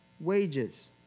wages